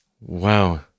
Wow